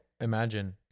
imagine